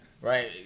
right